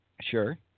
Sure